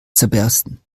zerbersten